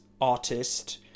artist